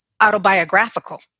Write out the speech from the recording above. autobiographical